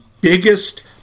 biggest